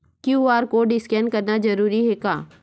QR code scan करना जरूरी हे का?